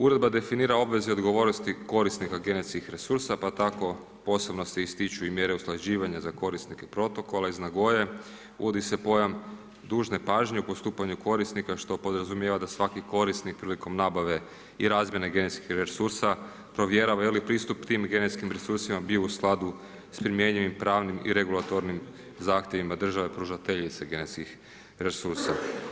Uredba definira obveze i odgovornosti korisnika genetskih resursa pa tako posebno se i ističu i mjere usklađivanja za korisnika protokola iz Nagoye, uvodi se pojam duženje pažnje u postupanju korisnika, što podrazumijeva, da svaki korisnik, prilikom nabave i razmjene genetskih resursa, provjerava je li pristup tim genetskim resursima bio u skladu s promjenjivim, pravnim i regulatornim zahtjevima države, pružatelje genetskih resursa.